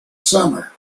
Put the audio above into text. summer